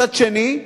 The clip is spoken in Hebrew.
מצד שני,